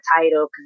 title